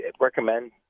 recommend